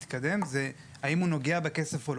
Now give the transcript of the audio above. המתקדם הוא בשאלה: האם הוא נוגע בכסף או לא?